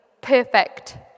perfect